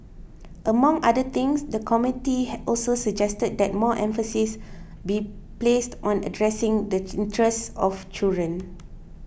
among other things the committee also suggested that more emphasis be placed on addressing the interests of children